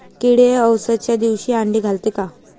किडे अवसच्या दिवशी आंडे घालते का?